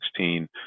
2016